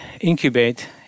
incubate